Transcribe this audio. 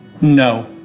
No